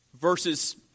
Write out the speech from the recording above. Verses